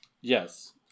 Yes